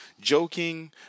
joking